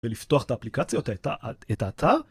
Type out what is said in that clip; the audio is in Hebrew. ‫ולפתוח את האפליקציות, את האתר.